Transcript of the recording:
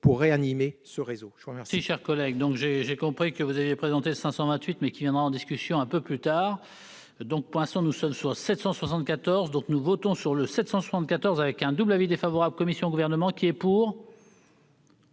pour réanimer ce réseau.